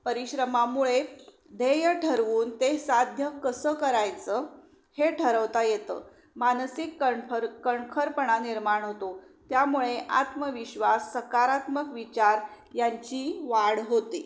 परिश्रमामुळे ध्येय ठरवून ते साध्य कसं करायचं हे ठरवता येतं मानसिक कणफर कणखरपणा निर्माण होतो त्यामुळे आत्मविश्वास सकारात्मक विचार यांची वाढ होते